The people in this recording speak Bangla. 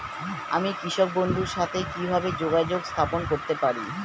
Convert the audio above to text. আমি কৃষক বন্ধুর সাথে কিভাবে যোগাযোগ স্থাপন করতে পারি?